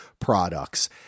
products